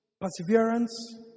perseverance